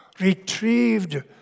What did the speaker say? retrieved